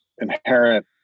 inherent